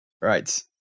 Right